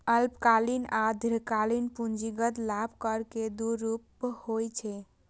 अल्पकालिक आ दीर्घकालिक पूंजीगत लाभ कर के दू रूप होइ छै